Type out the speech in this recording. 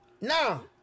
No